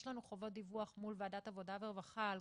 יש לנו חובות דיווח מול ועדת העבודה והרווחה על